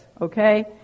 okay